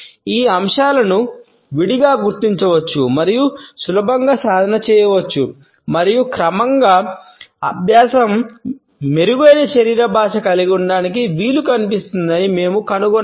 ఈ అంశాలను విడిగా గుర్తించవచ్చు మరియు సులభంగా సాధన చేయవచ్చు మరియు క్రమంగా అభ్యాసం మెరుగైన శరీర భాష కలిగి ఉండటానికి వీలు కల్పిస్తుందని మేము కనుగొన్నాము